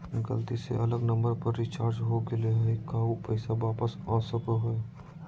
गलती से अलग नंबर पर रिचार्ज हो गेलै है का ऊ पैसा वापस आ सको है?